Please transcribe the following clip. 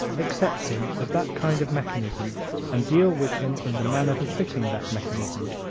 accept him as that kind of mechanism and deal with him in the manner befitting that mechanism.